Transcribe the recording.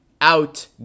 out